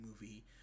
movie